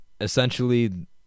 essentially